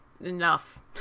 enough